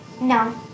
No